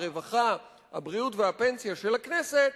הרווחה הבריאות והפנסיה של הכנסת,